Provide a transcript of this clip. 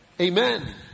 Amen